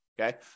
Okay